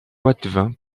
poitevin